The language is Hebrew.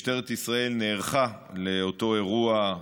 משטרת ישראל נערכה לאותו אירוע,